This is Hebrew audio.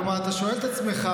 כלומר, אתה שואל את עצמך,